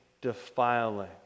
defiling